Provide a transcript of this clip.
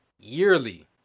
yearly